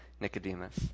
Nicodemus